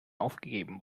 aufgegeben